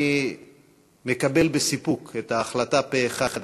אני מקבל בסיפוק את ההחלטה פה-אחד,